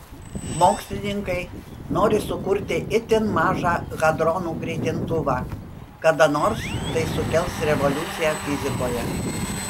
mokslininkai nori sukurti itin mažą hadronų greitintuvą kada nors tai sukels revoliuciją fizikoje